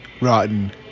rotten